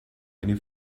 eine